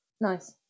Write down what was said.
Nice